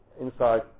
inside